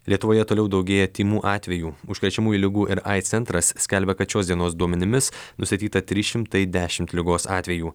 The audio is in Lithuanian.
lietuvoje toliau daugėja tymų atvejų užkrečiamųjų ligų ir aids centras skelbia kad šios dienos duomenimis nustatyta trys šimtai dešimt ligos atvejų